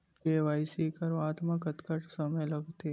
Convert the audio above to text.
KYC करवात म कतका समय लगथे?